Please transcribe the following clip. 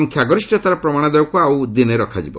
ସଂଖ୍ୟାଗରିଷତାର ପ୍ରମାଣ ଦେବାକୁ ଆଉ ଏକ ଦିନ ରଖାଯିବ